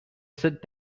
sit